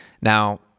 Now